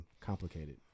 complicated